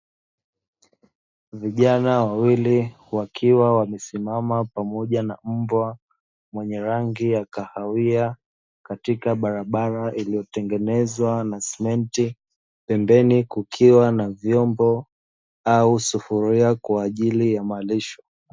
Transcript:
Vijana wawili wakiwa wamesimama pamoja na mbwa mwenye rangi ya kahawia, katika barabara iliyotengenezwa na simenti. Pembeni kukiwa na vyombo au sufuria kwa ajili ya malisho.